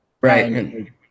right